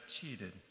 cheated